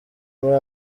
muri